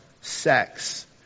sex